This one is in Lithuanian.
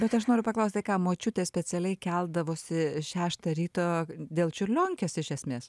bet aš noriu paklaust tai ką močiutė specialiai keldavosi šeštą ryto dėl čiurlionkės iš esmės